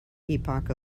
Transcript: epoch